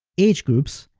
age groups,